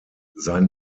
sein